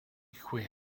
quinn